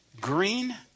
green